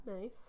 nice